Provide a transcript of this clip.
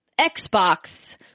Xbox